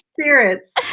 spirits